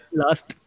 last